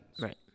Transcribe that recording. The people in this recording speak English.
right